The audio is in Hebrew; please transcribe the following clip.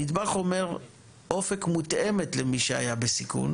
תוספת של משרד החינוך שגם הכנסתם לבסיס,